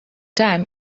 time